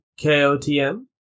KOTM